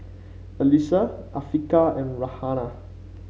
Alyssa Afiqah and Raihana